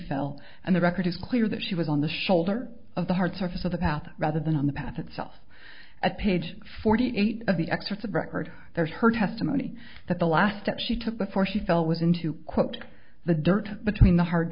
fell and the record is clear that she was on the shoulder of the hard surface of the path rather than on the path itself at page forty eight of the excerpts of record there is her testimony that the last step she took before she fell was into quote the dirt between the har